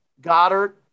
Goddard